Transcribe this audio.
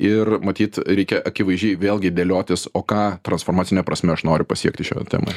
ir matyt reikia akivaizdžiai vėlgi dėliotis o ką transformacine prasme aš noriu pasiekti šioje temoje